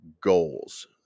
goals